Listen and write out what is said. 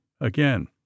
again